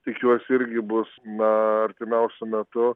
tikiuosi irgi bus na artimiausiu metu